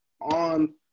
on